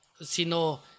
sino